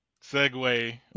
Segue